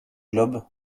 globe